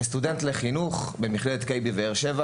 כסטודנט לחינוך במכללת קיי בבאר שבע